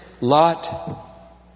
Lot